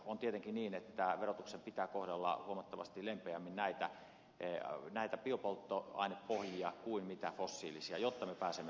on tietenkin niin että verotuksen pitää kohdella huomattavasti lempeämmin näitä biopolttoainepohjia kuin fossiilisia jotta me pääsemme tähän tavoitteeseen